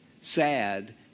sad